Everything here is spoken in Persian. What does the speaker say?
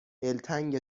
دلتنگ